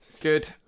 Good